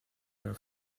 air